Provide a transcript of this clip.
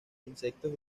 insectos